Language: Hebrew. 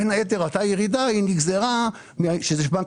בין היתר הירידה נגזרה כאשר בנק